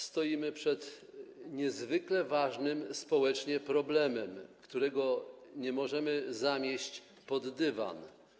Stoimy przed niezwykle ważnym społecznie problemem, którego nie możemy zamieść pod dywan.